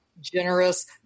generous